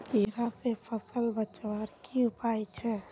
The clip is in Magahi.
कीड़ा से फसल बचवार की उपाय छे?